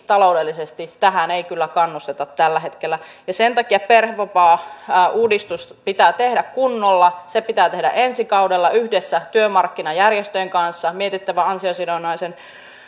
taloudellisesti tähän ei kyllä kannusteta tällä hetkellä sen takia perhevapaauudistus pitää tehdä kunnolla se pitää tehdä ensi kaudella yhdessä työmarkkinajärjestöjen kanssa on mietittävä ansiosidonnaisen